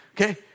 okay